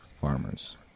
farmers